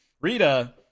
Rita